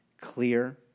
clear